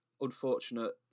unfortunate